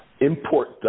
import